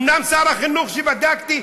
אומנם שר החינוך, כשבדקתי,